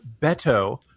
Beto